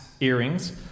earrings